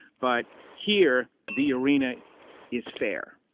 but here the arena is fair.